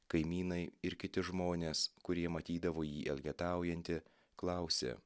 kaimynai ir kiti žmonės kurie matydavo jį elgetaujantį klausė